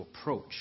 approach